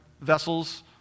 vessels